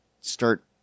start